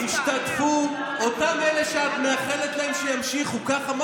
למה את לא מסוגלת, כמו